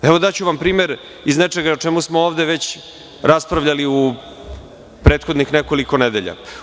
Evo, daću vam primer i iz nečega o čemu smo ovde već raspravljali u prethodnih nekoliko nedelja.